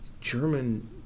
German